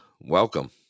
welcome